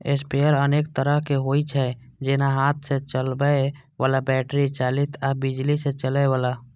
sprayer अनेक तरहक होइ छै, जेना हाथ सं चलबै बला, बैटरी चालित आ बिजली सं चलै बला